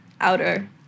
outer